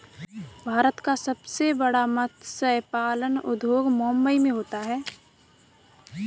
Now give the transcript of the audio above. भारत का सबसे बड़ा मत्स्य पालन उद्योग मुंबई मैं होता है